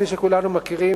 כפי שכולנו מכירים,